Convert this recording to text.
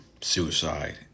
suicide